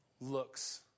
looks